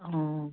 অঁ